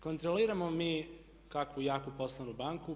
Kontroliramo mi kakvu jaku poslovnu banku?